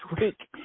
week